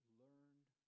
learned